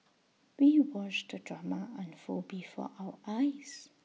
we watched the drama unfold before our eyes